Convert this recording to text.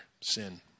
sin